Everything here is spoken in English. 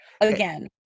again